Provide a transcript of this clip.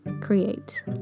create